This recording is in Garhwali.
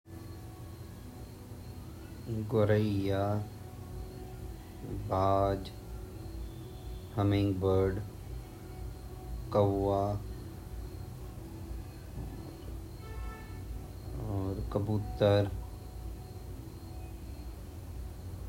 पक्षी जन घुगुती ची चखुली ची और कवा छिन और लॉयल छिन।